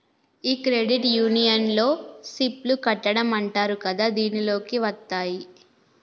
ఈ క్రెడిట్ యూనియన్లో సిప్ లు కట్టడం అంటారు కదా దీనిలోకి వత్తాయి